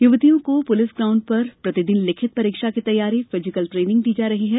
युवतियों को police ground पर प्रतिदिन लिखित परीक्षा तैयारी एवं फिजिकल ट्रेनिंग दी जा रही है